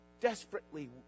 desperately